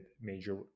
Major